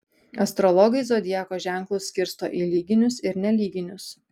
astrologai zodiako ženklus skirsto į lyginius ir nelyginius